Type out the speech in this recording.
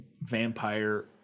vampire